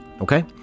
okay